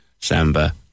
samba